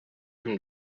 him